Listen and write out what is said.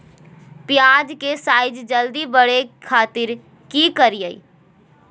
प्याज के साइज जल्दी बड़े खातिर की करियय?